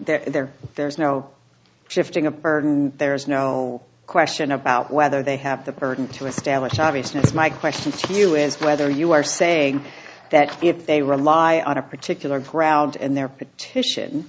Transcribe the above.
that there there is no shifting a burden there is no question about whether they have the burden to establish obviousness my question to you is whether you are saying that if they rely on a particular ground and their petition